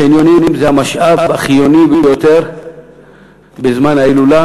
החניונים הם המשאב החיוני ביותר בזמן ההילולה,